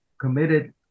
committed